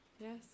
Yes